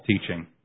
teaching